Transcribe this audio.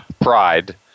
pride